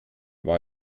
war